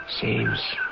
seems